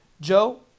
Joe